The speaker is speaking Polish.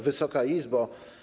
Wysoka Izbo!